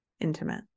intimate